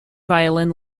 violin